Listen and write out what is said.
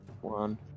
One